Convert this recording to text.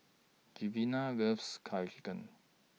Giovanna loves Curry Chicken